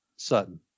Sutton